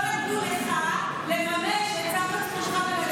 לא נתנו לך לממש את צו מצפונך,